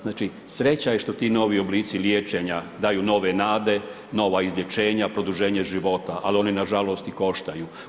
Znači sreća je što ti novi oblici liječenja daju nove nade, nova izlječenja, produženje života, ali oni nažalost i koštaju.